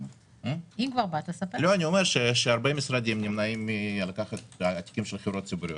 אומר שהרבה משרדים נמנעים מלקחת תיקים של חברות ציבוריות,